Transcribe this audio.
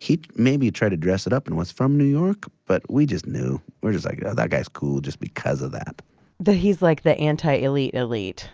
he'd maybe try to dress it up and was from new york, but we just knew. we're just like, oh, that guy's cool just because of that that he's, like, the anti-elite elite elite